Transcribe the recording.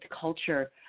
culture